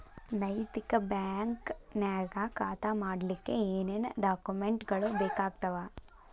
ನೈತಿಕ ಬ್ಯಾಂಕ ನ್ಯಾಗ್ ಖಾತಾ ಮಾಡ್ಲಿಕ್ಕೆ ಏನೇನ್ ಡಾಕುಮೆನ್ಟ್ ಗಳು ಬೇಕಾಗ್ತಾವ?